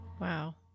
Wow